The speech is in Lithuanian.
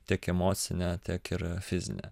tiek emocinę tiek ir fizinę